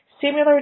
similar